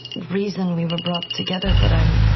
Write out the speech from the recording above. reason we were brought together, but i'm